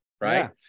right